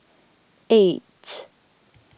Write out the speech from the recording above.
eight